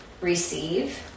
receive